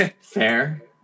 fair